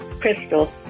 Crystal